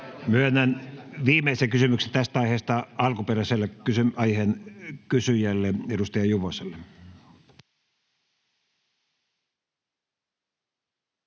Myönnän viimeisen kysymyksen tästä aiheesta alkuperäiselle aiheen kysyjälle, edustaja Juvoselle.